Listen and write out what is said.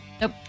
Nope